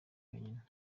wenyine